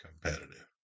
competitive